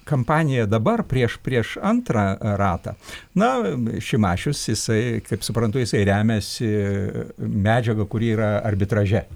kampaniją dabar prieš prieš antrą ratą na šimašius jisai kaip suprantu jisai remiasi medžiaga kuri yra arbitraže